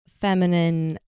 feminine